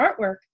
artwork